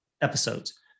episodes